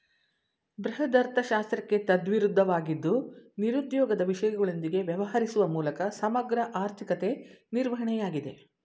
ಬೃಹದರ್ಥಶಾಸ್ತ್ರಕ್ಕೆ ತದ್ವಿರುದ್ಧವಾಗಿದ್ದು ನಿರುದ್ಯೋಗದ ವಿಷಯಗಳೊಂದಿಗೆ ವ್ಯವಹರಿಸುವ ಮೂಲಕ ಸಮಗ್ರ ಆರ್ಥಿಕತೆ ನಿರ್ವಹಣೆಯಾಗಿದೆ